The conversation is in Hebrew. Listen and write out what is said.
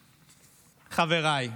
חבריי,